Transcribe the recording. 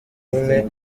umwe